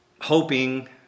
hoping